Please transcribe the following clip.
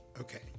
okay